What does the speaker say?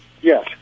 Yes